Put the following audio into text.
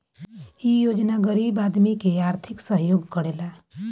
इ योजना गरीब आदमी के आर्थिक सहयोग करेला